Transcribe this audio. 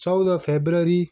चौध फेब्रुअरी